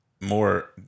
More